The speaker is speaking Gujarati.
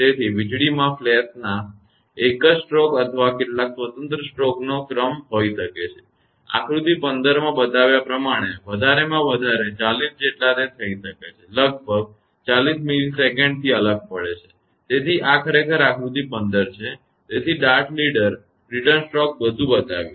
તેથી વીજળીના ફ્લેશમાં એક જ સ્ટ્રોક અથવા કેટલાક સ્વતંત્ર સ્ટ્રોકનો ક્રમ હોઈ શકે છે આકૃતિ 15 માં બતાવ્યા પ્રમાણે વધારેમાં વધારે 40 જેટલા તે થઈ શકે છે લગભગ 40 millisecond થી અલગ પડે છે તેથી આ ખરેખર આકૃતિ 15 છે તેથી ડાર્ટ લીડર રીટર્ન સ્ટ્રોક બધું બતાવ્યું છે